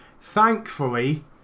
thankfully